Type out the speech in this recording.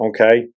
okay